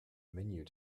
menu